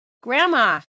Grandma